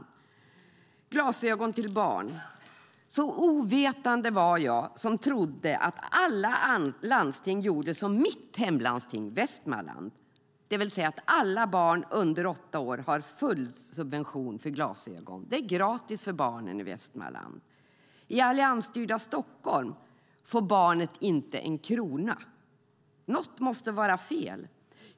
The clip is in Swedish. Jag går nu över till att tala om glasögon till barn. Så ovetande var jag att jag trodde att alla landsting gjorde som mitt hemlandsting Västmanland, det vill säga att alla barn under åtta år har full subvention för glasögon. Det är gratis för barnen i Västmanland. I det alliansstyrda Stockholm får barnet inte en krona. Något måste vara fel!